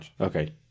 Okay